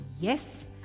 Yes